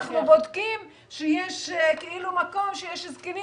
אנחנו בודקים מקום שיש זקנים,